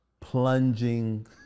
Plunging